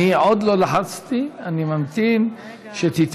אני עוד לא לחצתי, אני ממתין שתתמקמי.